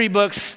books